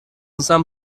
some